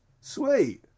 Sweet